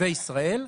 וישראל,